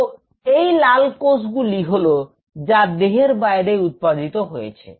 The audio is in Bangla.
তো এই লাল কোষগুলি হল যা দেহের বাইরে উৎপাদিত হয়েছে